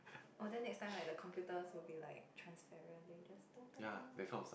oh then next time like the computer will be like transparent then you just deng deng deng